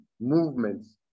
movements